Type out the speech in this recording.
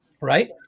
right